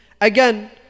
Again